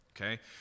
okay